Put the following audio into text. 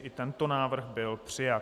I tento návrh byl přijat.